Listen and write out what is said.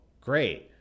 great